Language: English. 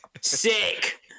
Sick